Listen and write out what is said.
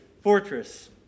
fortress